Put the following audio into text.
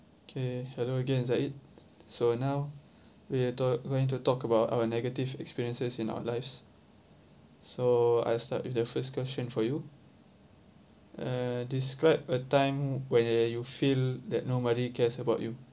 okay shall we get inside it so now we're talk going to talk about our negative experiences in our lives so I start with the first question for you uh describe a time where you feel that nobody cares about you